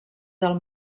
del